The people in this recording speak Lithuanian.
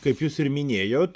kaip jūs ir minėjot